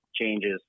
changes